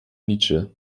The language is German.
nietzsche